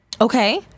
Okay